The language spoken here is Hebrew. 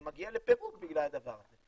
מגיע לפירוק, בגלל הדבר הזה.